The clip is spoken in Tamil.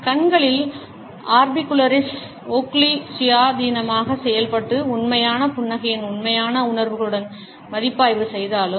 கண்களில் ஆர்பிகுலரிஸ் ஓக்குலி சுயாதீனமாக செயல்பட்டு உண்மையான புன்னகையின் உண்மையான உணர்வுகளுடன் மதிப்பாய்வு செய்தாலும்